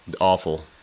Awful